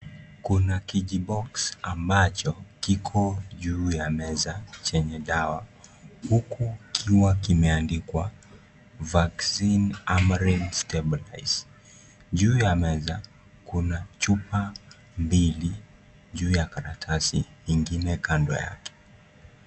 Kuna kijiboksi ambacho kiko juu ya meza chenye dawa huku ukiwa kimeandikwa vaccine amrein stabilize juu ya meza kuna chupa mbili juu ya karatasi ingine kando yake.